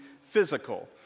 physical